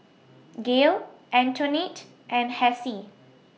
Gail Antionette and Hassie